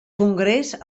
congrés